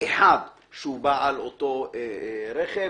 שהוא בעל הבטיחות.